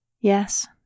Yes